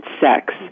sex